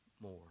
more